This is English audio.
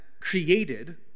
created